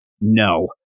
No